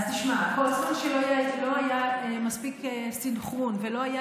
כל זמן שלא היה מספיק סנכרון ולא היה